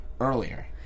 earlier